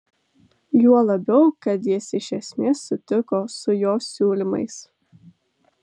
juo labiau kad jis iš esmės sutiko su jo siūlymais